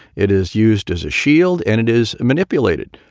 it is used as a shield and it is manipulated,